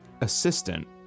assistant